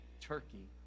Turkey